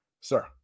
sir